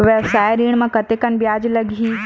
व्यवसाय ऋण म कतेकन ब्याज लगही?